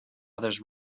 others